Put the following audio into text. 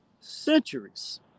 centuries